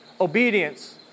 obedience